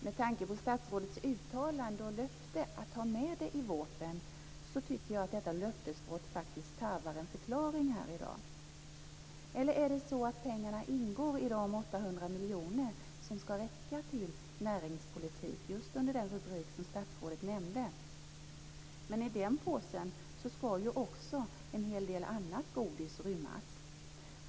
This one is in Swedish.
Med tanke på statsrådets uttalande och löfte att ha med det i VÅP:en tycker jag att detta löftesbrott faktiskt tarvar en förklaring här i dag. Är det så att pengarna ingår i de 800 miljoner som skall räcka till näringspolitik just under den rubrik som statsrådet nämnde? Men i den påsen skall ju också en hel del annat godis rymmas.